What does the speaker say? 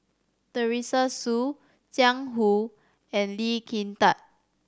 Teresa Hsu Jiang Hu and Lee Kin Tat